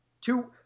Two